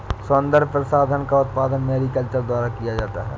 सौन्दर्य प्रसाधन का उत्पादन मैरीकल्चर द्वारा किया जाता है